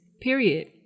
period